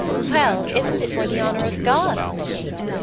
well, isn't it for the honour of god, aunt kate?